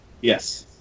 Yes